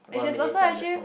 one minute thunderstorm